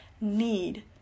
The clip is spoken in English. need